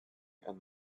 and